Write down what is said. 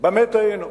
במה טעינו.